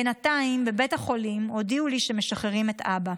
בינתיים, בבית החולים הודיעו לי שמשחררים את אבא.